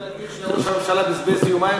אתה רוצה להגיד שראש הממשלה בזבז יומיים